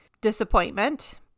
disappointment